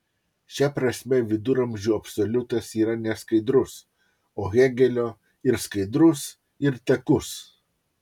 šia prasme viduramžių absoliutas yra neskaidrus o hėgelio ir skaidrus ir takus